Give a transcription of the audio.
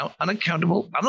unaccountable